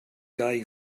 gau